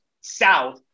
south